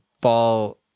ball